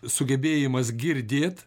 sugebėjimas girdėt